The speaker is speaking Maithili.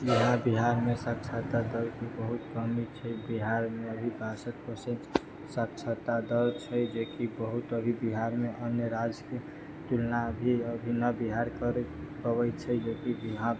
यहाँ बिहारमे साक्षरता दर बहुत कम छै बिहारमे अभी बासठि परसेंट साक्षरता दर छै जेकि बहुत अभी बिहारमे अन्य राज्यके तुलना भी अभी न बिहार करै पबै छै जबकि बिहार